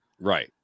Right